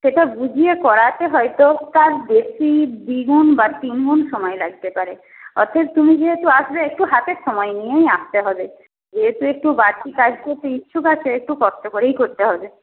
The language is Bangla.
সেটা বুঝিয়ে করাতে হয়তো তার বেশী দ্বিগুণ বা তিনগুণ সময় লাগতে পারে অতএব তুমি যেহেতু আসবে একটু হাতে সময় নিয়েই আসতে হবে যেহেতু একটু বাড়তি কাজ করতে ইচ্ছুক আছ একটু কষ্ট করেই করতে হবে